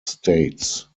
states